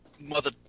Mother